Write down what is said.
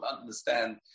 understand